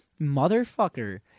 motherfucker